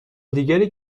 دیگری